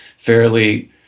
fairly